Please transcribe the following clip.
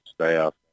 staff